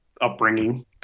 upbringing